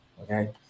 okay